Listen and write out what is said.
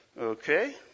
Okay